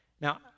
Now